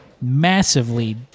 massively